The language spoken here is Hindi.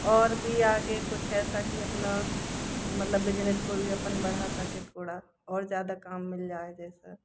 और भी आगे कुछ ऐसा कि अपना मतलब बिजनस को भी अपन बढ़ा सके थोड़ा और ज़्यादा काम मिल जाएँगे